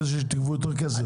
ע"י שתגבו את הכסף.